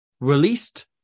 released